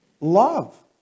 love